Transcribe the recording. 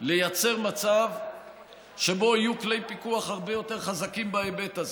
לייצר מצב שבו יהיו כלי פיקוח הרבה יותר חזקים בהיבט הזה,